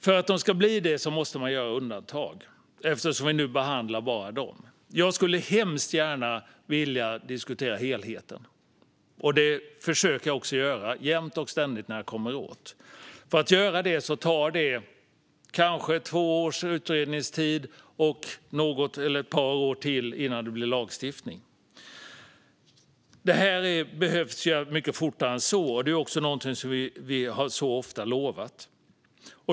För att de ska göra det måste man göra undantag, eftersom vi nu behandlar bara dem. Jag skulle hemskt gärna vilja diskutera helheten. Det försöker jag också göra, jämt och ständigt, när jag kommer åt. För att göra det krävs det kanske två års utredningstid och något eller ett par år till innan det blir lagstiftning. Detta behöver göras mycket fortare än så. Det är också någonting som vi ofta har lovat.